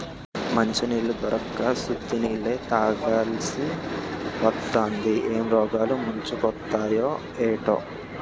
మంచినీళ్లు దొరక్క సుద్ద నీళ్ళే తాగాలిసివత్తాంది ఏం రోగాలు ముంచుకొత్తయే ఏటో